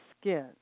skin